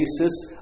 basis